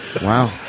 Wow